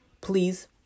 Please